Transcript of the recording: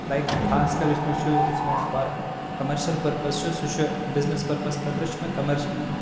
like خاص کر یُس مےٚ چھُ یُس مےٚ فار کَمرشَل پٔرپَز چھُ سُہ چھُ بِزنِس پٔرپَز خٲطرٕ چھُ مےٚ